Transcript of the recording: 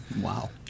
Wow